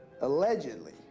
allegedly